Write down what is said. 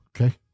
Okay